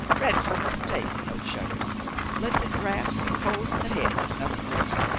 dreadful mistake, no shutters lets in draughts and colds in the head, if nothing worse.